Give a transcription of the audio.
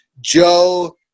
Joe